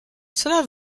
cela